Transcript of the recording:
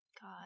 God